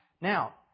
Now